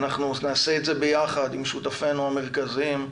ואנחנו נעשה את זה יחד עם שותפינו המרכזיים,